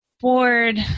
bored